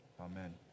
Amen